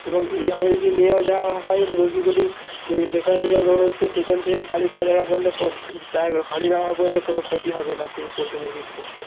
এবং এইভাবে যদি নেওয়া যাওয়া হয় মুরগিগুলি যেখান থেকে লোড হচ্ছে সেখান থেকে খালি করা জায়গা পর্যন্ত কোন হাঁড়ি দাওয়া পর্যন্ত কোনো ক্ষতি হবে না সেই পোল্ট্রি মুরগির ক্ষেত্রে